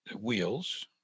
wheels